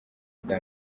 ubwa